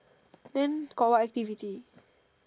then got what activity